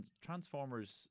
Transformers